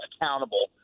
accountable